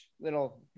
little